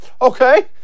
Okay